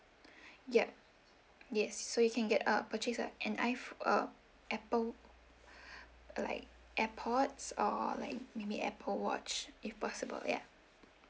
ya yes so you can get a purchase a an i~ apple like airpods or like maybe apple watch if possible ya